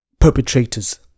Perpetrators